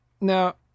now